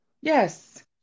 Yes